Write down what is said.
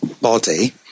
body